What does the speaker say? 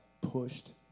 pushed